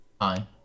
Hi